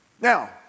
Now